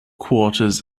quarters